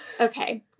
Okay